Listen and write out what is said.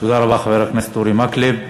תודה רבה, חבר הכנסת אורי מקלב.